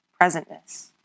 presentness